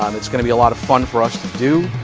um it's gonna be a lot of fun for us to do.